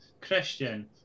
christian